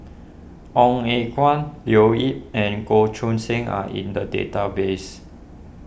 Ong Eng Guan Leo Yip and Goh Choo San are in the database